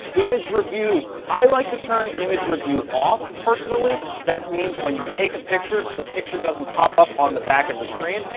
image review, i like to turn image review off. personally that means when you take a picture, the picture doesn't pop up on the back of the screen,